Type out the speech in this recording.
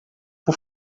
por